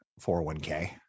401k